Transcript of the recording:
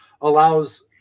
allows